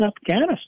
Afghanistan